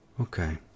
Okay